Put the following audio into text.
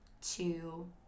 two